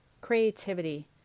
creativity